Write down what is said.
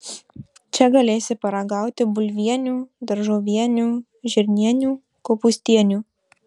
čia galėsi paragauti bulvienių daržovienių žirnienių kopūstienių